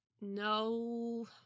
No